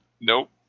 Nope